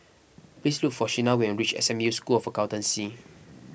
please look for Shena when you reach S M U School of Accountancy